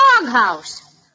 doghouse